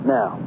Now